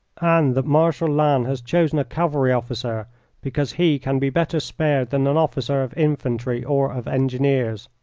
and that marshal lannes has chosen a cavalry officer because he can be better spared than an officer of infantry or of engineers.